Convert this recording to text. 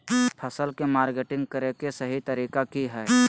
फसल के मार्केटिंग करें कि सही तरीका की हय?